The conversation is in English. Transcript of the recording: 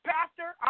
Pastor